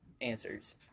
answers